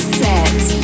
set